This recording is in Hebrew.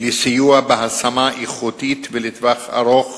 בסיוע בהשמה איכותית ולטווח ארוך